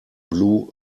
blue